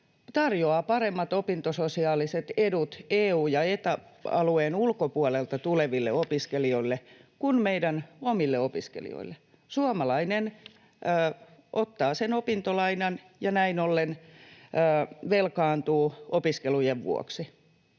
tarjoaa paremmat opintososiaaliset edut EU- ja Eta-alueen ulkopuolelta tuleville opiskelijoille kuin meidän omille opiskelijoillemme. Suomalainen ottaa sen opintolainan ja näin ollen velkaantuu opiskelujen vuoksi,